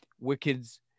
Wicked's